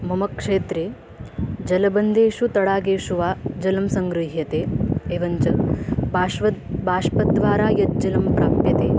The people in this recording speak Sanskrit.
मम क्षेत्रे जलबन्धेषु तडागेषु वा जलं सङ्गृह्यते एवञ्च बाष्पात् बाष्पद्वारा यज्जलं प्राप्यते